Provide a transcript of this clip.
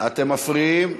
אתם מפריעים.